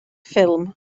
ffilm